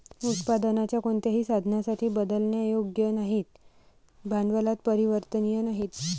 उत्पादनाच्या कोणत्याही साधनासाठी बदलण्यायोग्य नाहीत, भांडवलात परिवर्तनीय नाहीत